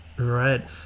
Right